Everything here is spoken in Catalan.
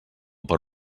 per